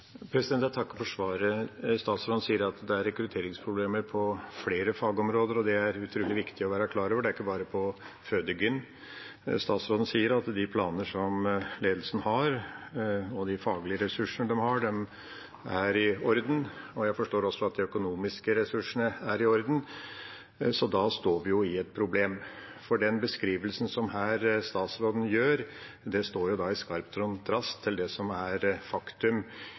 Jeg takker for svaret. Statsråden sier at det er rekrutteringsproblemer på flere fagområder, og det er det utrolig viktig å være klar over. Det er ikke bare på føde/gyn. Statsråden sier at de planer som ledelsen har, og de faglige ressursene de har, er i orden, og jeg forstår også at de økonomiske ressursene er i orden. Så da står vi jo overfor et problem, for den beskrivelsen statsråden her gjør, står i skarp kontrast til det som er faktum i saken. For det er en varslet bemanningskrise – som er